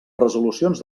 resolucions